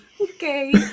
Okay